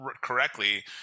correctly